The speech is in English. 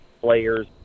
players